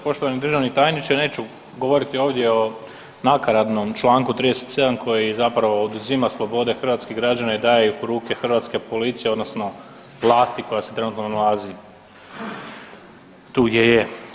Poštovani državni tajniče neću govoriti ovdje o nakaradnom članku 37. koji zapravo oduzima slobode hrvatskih građana i daje ih u ruke hrvatske policije, odnosno vlasti koja se trenutno nalazi tu gdje je.